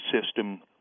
System